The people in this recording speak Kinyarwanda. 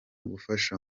gufasha